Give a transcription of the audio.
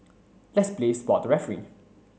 let's play spot the referee